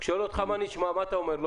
כשהוא שואל אותך מה נשמע מה אתה עונה לו?